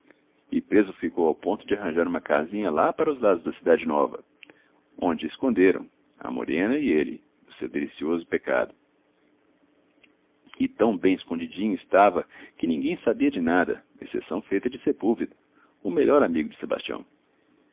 e preso ficou ao ponto de arranjar uma casinha lá para os lados da cidade nova onde esconderam a morena e ele o seu delicioso pecado e tão bem escondidínho estava que ninguém sabia de nada exceção feita de sepúlveda o melhor amigo de sebastião